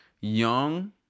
young